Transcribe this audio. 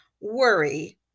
Worry